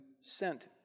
sent